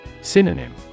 Synonym